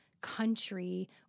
country